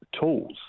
tools